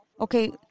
Okay